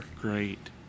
Great